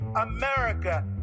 America